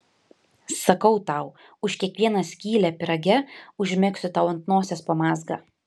sakau tau už kiekvieną skylę pyrage užmegsiu tau ant nosies po mazgą